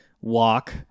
walk